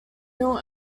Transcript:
mill